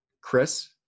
chris